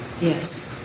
Yes